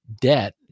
debt